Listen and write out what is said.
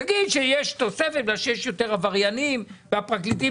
תגיד שיש תוספת בגלל שיש יותר עבריינים והפרקליטים